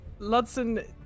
Ludson